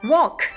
Walk